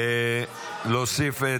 להוסיף,